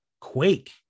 quake